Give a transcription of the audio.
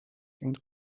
and